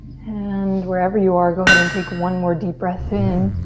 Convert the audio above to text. and wherever you are, go ahead and take one more deep breath in.